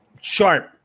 sharp